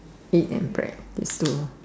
egg and bread this two